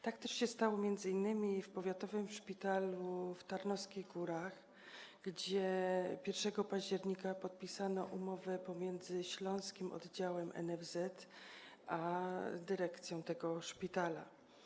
Tak też się stało m.in. w powiatowym szpitalu w Tarnowskich Górach, gdzie 1 października podpisano umowy pomiędzy Śląskim Oddziałem NFZ a dyrekcją tego szpitala.